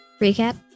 Recap